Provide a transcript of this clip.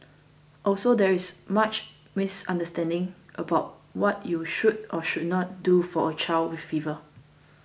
also there is much misunderstanding about what you should or should not do for a child with fever